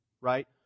Right